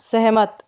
सहमत